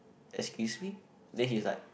excuse me then he is like